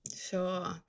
sure